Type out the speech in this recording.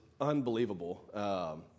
unbelievable